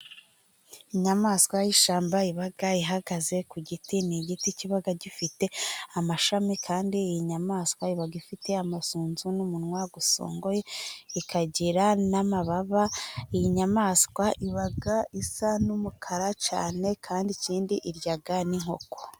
Inyamaswa y'ishyamba iba ihagaze ku giti, ni igiti kiba gifite amashami kandi iyi nyamaswa iba ifite amasunzu, n'umunwa usongoye ikagira n'amababa, iyi nyamaswa iba isa n'umukara cyane kandi ikindi irya n'inkoko.